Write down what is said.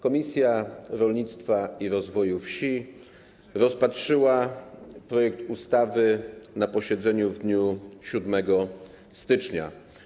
Komisja Rolnictwa i Rozwoju Wsi rozpatrzyła projekt ustawy na posiedzeniu w dniu 7 stycznia.